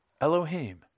Elohim